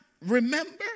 remember